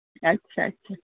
اچھا اچھا